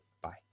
Bye